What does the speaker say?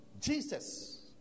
Jesus